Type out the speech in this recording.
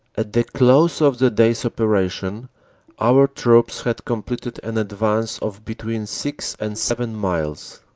at the close of the day's operation our troops had completed an advance of between six and seven miles.